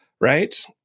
right